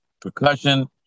percussion